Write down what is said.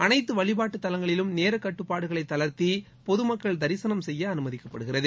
அனைத்து வழிபாட்டு தலங்களிலும் நேர கட்டுப்பாடுகளை தளர்த்தி பொது மக்கள் தரிசனம் செய்ய அனுமதிக்கப்படுகிறது